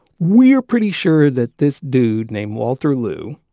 we are pretty sure that this dude named walter liew